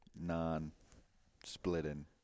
non-splitting